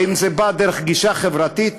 ואם זה בא דרך גישה חברתית,